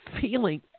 feeling